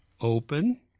open